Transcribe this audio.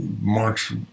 marks